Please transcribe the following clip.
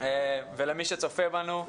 ולמי שצופה בנו.